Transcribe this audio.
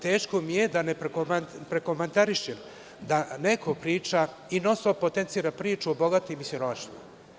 Teško mi je da ne prokomentarišem da neko priča i non stop potencira priču o bogatim i siromašnim.